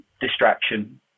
distraction